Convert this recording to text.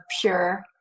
pure